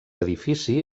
edifici